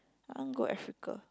I want go Africa